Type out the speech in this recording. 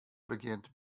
begjint